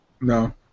No